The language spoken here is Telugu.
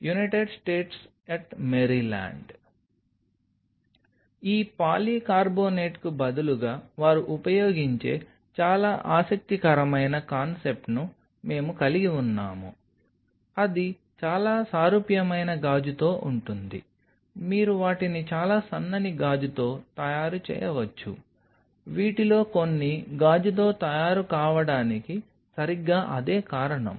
యునైటెడ్ స్టేట్స్ ఎట్ మేరీల్యాండ్ ఈ పాలీకార్బోనేట్కు బదులుగా వారు ఉపయోగించే చాలా ఆసక్తికరమైన కాన్సెప్ట్ను మేము కలిగి ఉన్నాము అది చాలా సారూప్యమైన గాజుతో ఉంటుంది మీరు వాటిని చాలా సన్నని గాజుతో తయారు చేయవచ్చు వీటిలో కొన్ని గాజుతో తయారు కావడానికి సరిగ్గా అదే కారణం